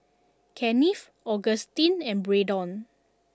Kennith Augustine and Braydon